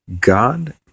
God